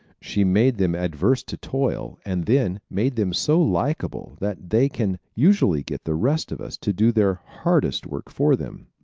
she made them averse to toil and then made them so likable that they can usually get the rest of us to do their hardest work for them.